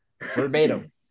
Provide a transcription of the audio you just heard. verbatim